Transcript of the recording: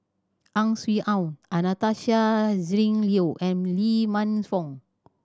Ang Swee Aun Anastasia Tjendri Liew and Lee Man Fong